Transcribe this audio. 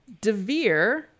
Devere